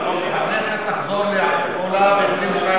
והכנסת תחזור לפעולה ב-22 בחודש,